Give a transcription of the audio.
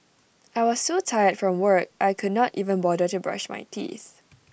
I was so tired from work I could not even bother to brush my teeth